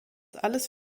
alles